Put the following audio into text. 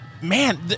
Man